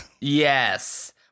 Yes